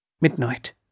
Midnight